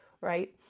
right